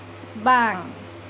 ᱵᱟᱝ